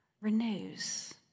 renews